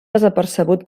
desapercebut